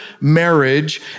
marriage